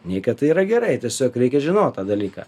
nei kad tai yra gerai tiesiog reikia žinot tą dalyką